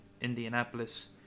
Indianapolis